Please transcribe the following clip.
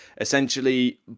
essentially